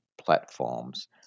platforms